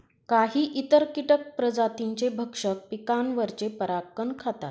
काही इतर कीटक प्रजातींचे भक्षक पिकांवरचे परागकण खातात